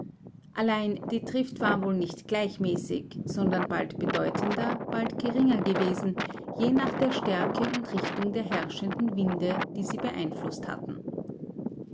allein die trift war wohl nicht gleichmäßig sondern bald bedeutender bald geringer gewesen je nach der stärke und richtung der herrschenden winde die sie beeinflußt hatten